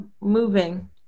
moving